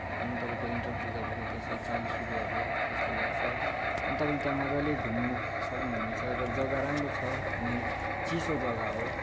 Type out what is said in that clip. अनि तपाईँको entry fee तपाईँको त्यसै चालिस रुपियाँहरू जस्तै लाग्छ अनि तपाईँले त्यहाँ मजाले घुम्न सक्नुहुनेछ र जग्गा राम्रो छ अनि चिसो जग्गा हो